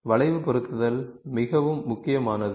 வளைவு பொருத்துதல் மிகவும் முக்கியமானது